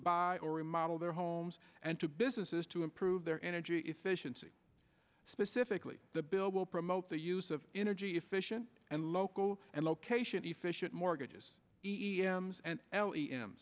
buy or remodel their homes and to businesses to improve their energy efficiency specifically the bill will promote the use of energy efficient and local and location efficient mortgages e m c and l e m